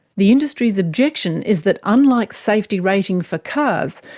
the industry's objection is that unlike safety rating for cars,